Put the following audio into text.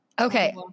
okay